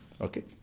okay